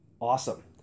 Awesome